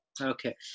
Okay